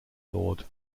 lord